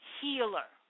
healer